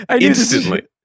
instantly